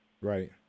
Right